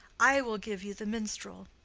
i will give you the minstrel.